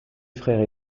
frères